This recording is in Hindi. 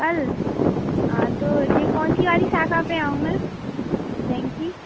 कल तो ये कौन सी वाली शाखा पर आऊं मैं बैंक की